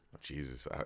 Jesus